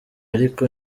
ariko